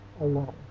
alone